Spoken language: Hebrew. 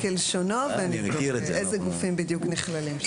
נביא את הסעיף כלשונו ונבדוק איזה גופים בדיוק נכללים.